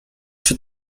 czy